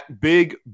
big